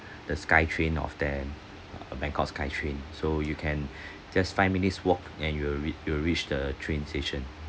the skytrain of them uh bangkok skytrain so you can just five minutes walk and you will reach you will reach the train station